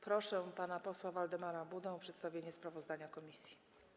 Proszę pana posła Waldemara Budę o przedstawienie sprawozdania komisji.